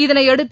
இதனையடுத்து